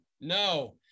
no